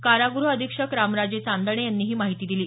काराग़ह अधीक्षक रामराजे चांदणे यांनी ही माहिती दिली